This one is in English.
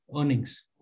earnings